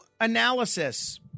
analysis